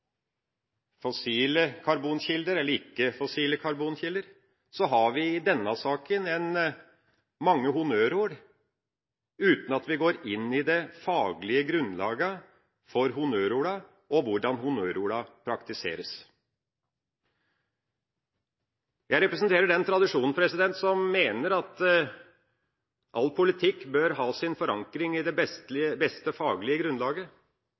fossile karbonkilder eller ikke fossile karbonkilder – har vi i denne saka mange honnørord, uten at vi går inn i det faglige grunnlaget for honnørordene, og hvordan honnørordene praktiseres. Jeg representerer den tradisjonen som mener at all politikk bør ha sin forankring i det beste faglige grunnlaget,